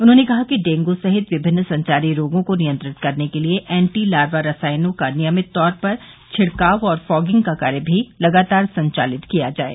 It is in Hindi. उन्हॉने कहा कि डेंगू सहित विभिन्न संचारी रोगों को नियंत्रित करने के लिये एटी लार्वा रासायनों का नियमित तौर पर छिड़काव और फॉगिंग का कार्य भी लगातार संचालित किया जाये